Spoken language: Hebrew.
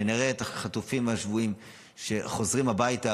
וכשנראה את החטופים והשבויים חוזרים הביתה,